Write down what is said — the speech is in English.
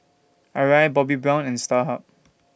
Arai Bobbi Brown and Starhub